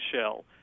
shell